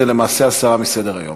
זה למעשה הסרה מסדר-היום.